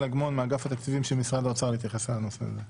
אגמון מאגף התקציבים של משרד האוצר להתייחס לנושא הזה.